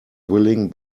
willing